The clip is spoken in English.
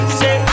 say